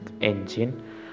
engine